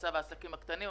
במצב העסקים הקטנים,